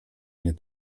nie